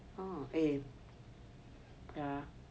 oh ya